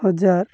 ହଜାର